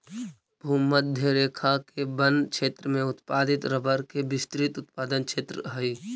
भूमध्य रेखा के वन क्षेत्र में उत्पादित रबर के विस्तृत उत्पादन क्षेत्र हइ